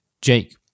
jake